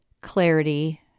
clarity